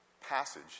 passage